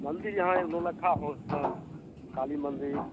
मन्दिर यहाँ नओलखा हो हँ काली मन्दिर